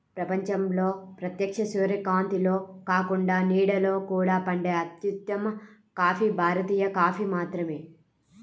ప్రపంచంలో ప్రత్యక్ష సూర్యకాంతిలో కాకుండా నీడలో కూడా పండే అత్యుత్తమ కాఫీ భారతీయ కాఫీ మాత్రమే